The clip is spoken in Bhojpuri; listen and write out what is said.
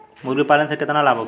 मुर्गीपालन से केतना लाभ होखे?